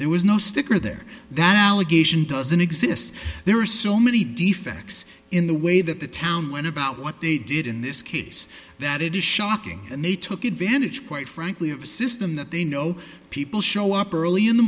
there was no sticker there that allegation doesn't exist there are so many defects in the way that the town went about what they did in this case that it is shocking and they took advantage quite frankly of a system that they know people show up early in the